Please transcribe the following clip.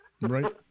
Right